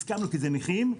הסכמנו כי זה נכים,